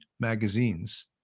magazines